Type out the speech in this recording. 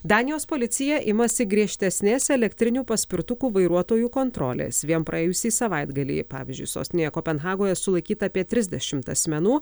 danijos policija imasi griežtesnės elektrinių paspirtukų vairuotojų kontrolės vien praėjusį savaitgalį pavyzdžiui sostinėje kopenhagoje sulaikyta apie trisdešimt asmenų